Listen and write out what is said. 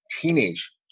teenage